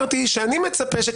רק